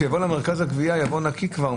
כשזה יבוא למרכז הגבייה שזה יבוא כבר נקי.